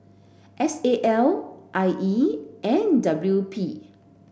S A L I E and W P